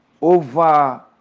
over